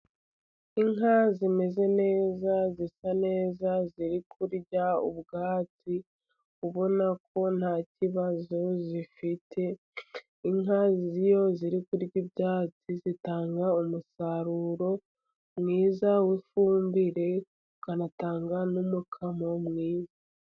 Inka zimeze neza zisa neza ziri kurya ubwatsi, ubona ko nta kibazo zifite. Inka iyo ziri kurya ibyatsi zitanga umusaruro mwiza w'ifumbire, zikanatanga n'umukamo mwiza.